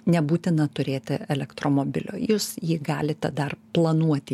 nebūtina turėti elektromobilio jūs jį galite dar planuoti